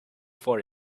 for